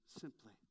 simply